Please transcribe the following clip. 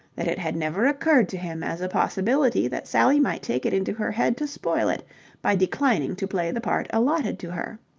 that it had never occurred to him as a possibility that sally might take it into her head to spoil it by declining to play the part allotted to her.